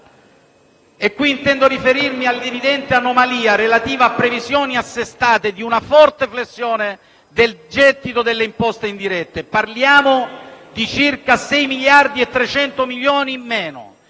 Intendo riferirmi all'evidente anomalia relativa alle previsioni assestate di una forte flessione del gettito delle imposte indirette: parliamo di circa 6,3 miliardi di euro in meno.